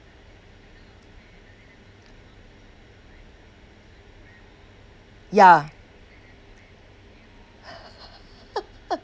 ya